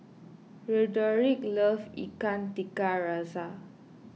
Roderic loves Ikan Tiga Rasa